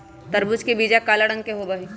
तरबूज के बीचा काला रंग के होबा हई